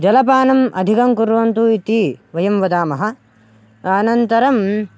जलपानम् अधिकं कुर्वन्तु इति वयं वदामः अनन्तरम्